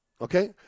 okay